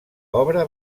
obra